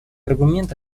аргумент